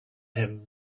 him